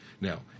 Now